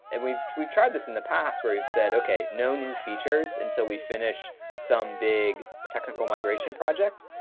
and we've we've tried this in the past where we've said, okay. no new features until we finish some big technical migration project,